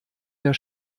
der